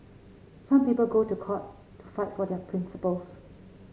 some people go to court to fight for their principles